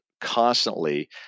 constantly